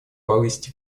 повысить